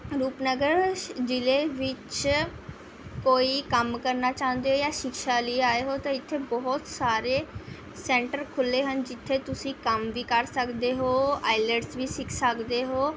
ਰੂਪਨਗਰ ਜ਼ਿਲ੍ਹੇ ਵਿੱਚ ਕੋਈ ਕੰਮ ਕਰਨਾ ਚਾਹੁੰਦੇ ਹੋ ਸ਼ਿਕਸ਼ਾ ਲਈ ਆਏ ਹੋ ਤਾਂ ਇੱਥੇ ਬਹੁਤ ਸਾਰੇ ਸੈਂਟਰ ਖੁੱਲ੍ਹੇ ਹਨ ਜਿੱਥੇ ਤੁਸੀਂ ਕੰਮ ਵੀ ਕਰ ਸਕਦੇ ਹੋ ਆਈਲੈਟਸ ਵੀ ਸਿੱਖ ਸਕਦੇ ਹੋ